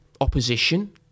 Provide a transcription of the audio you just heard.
opposition